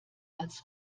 als